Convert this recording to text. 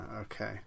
Okay